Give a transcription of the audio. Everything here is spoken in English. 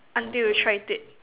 until you tried it